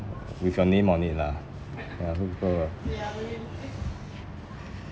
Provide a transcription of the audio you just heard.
with your name on it lah ya ah